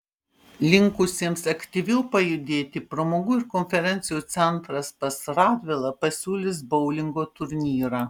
linkusiems aktyviau pajudėti pramogų ir konferencijų centras pas radvilą pasiūlys boulingo turnyrą